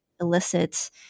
elicit